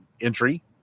entry